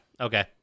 Okay